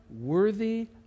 worthy